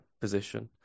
position